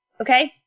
okay